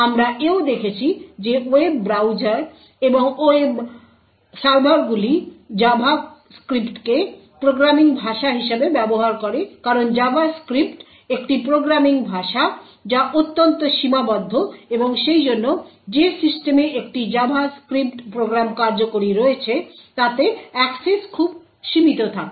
আমরা এও দেখেছি যে ওয়েব ব্রাউজার এবং ওয়েব সার্ভারগুলি জাভাস্ক্রিপ্টকে প্রোগ্রামিং ভাষা হিসাবে ব্যবহার করে কারণ জাভাস্ক্রিপ্ট একটি প্রোগ্রামিং ভাষা যা অত্যন্ত সীমাবদ্ধ এবং সেইজন্য যে সিস্টেমে একটি জাভাস্ক্রিপ্ট প্রোগ্রাম কার্যকরি রয়েছে তাতে অ্যাক্সেস খুব সীমিত থাকে